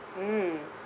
mm